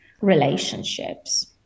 relationships